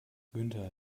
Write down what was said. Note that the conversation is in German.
günther